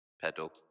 pedal